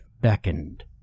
beckoned